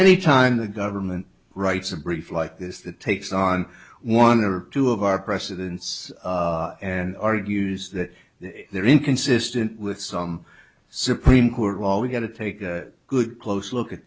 any time the government writes a brief like this that takes on one or two of our precedents and argues that they're inconsistent with some supreme court well we're going to take a good close look at